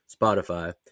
Spotify